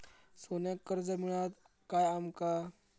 सोन्याक कर्ज मिळात काय आमका?